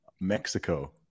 Mexico